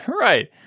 Right